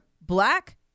black